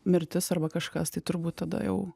mirtis arba kažkas tai turbūt tada jau